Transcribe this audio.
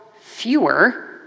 fewer